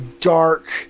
dark